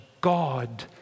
God